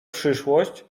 przyszłość